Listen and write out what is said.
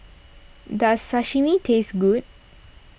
does Sashimi taste good